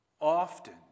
often